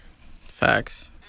Facts